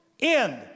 end